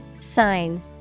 Sign